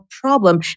problem